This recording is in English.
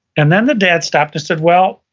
and then the dad stopped and said well,